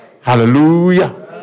Hallelujah